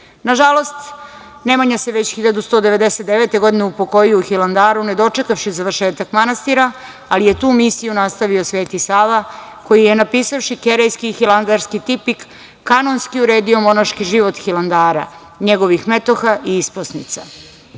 Grčke. Nažalost, Nemanja se već 1199. godine upokojio u Hilandaru ne dočekavši završetak manastira, ali je tu misiju nastavio Sveti Sava koji je napisavši Karejski i Hilandarski tipik, kanonski uredio monaški život Hilandara, njegovih metoha i isposnica.I